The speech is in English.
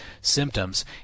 symptoms